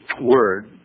word